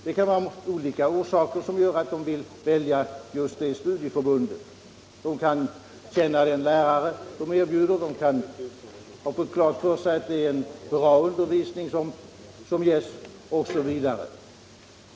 Det kan finnas olika skäl till att de väljer just det studieförbundet. De kanske känner läraren eller har fått klart för sig att det är en bra undervisning som ges osv.